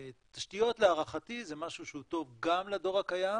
תשתיות, להערכתי, זה משהו שהוא טוב גם לדור הקיים